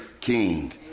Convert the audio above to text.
King